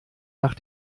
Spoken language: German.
nach